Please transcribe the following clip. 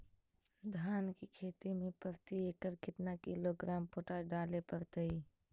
धान की खेती में प्रति एकड़ केतना किलोग्राम पोटास डाले पड़तई?